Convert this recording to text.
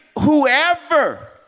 whoever